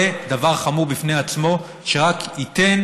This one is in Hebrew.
זה דבר חמור בפני עצמו, שרק ייתן